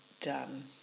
done